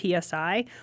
PSI